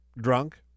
drunk